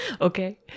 Okay